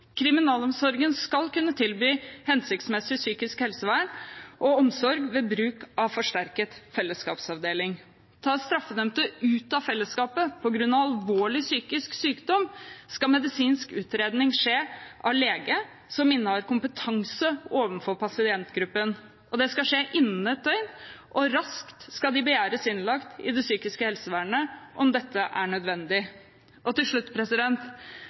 Kriminalomsorgen skal kunne tilby hensiktsmessig psykisk helsevern og omsorg ved bruk av «forsterket fellesskapsavdeling». Tas straffedømte ut av fellesskapet på grunn av alvorlig psykisk sykdom, skal medisinsk utredning skje av lege som innehar kompetanse overfor pasientgruppen, og det skal skje innen et døgn, og raskt skal de begjæres innlagt i det psykiske helsevernet – om dette er nødvendig. Til slutt: